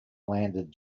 landed